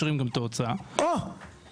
הוא יאשר את דבריי או יכחיש.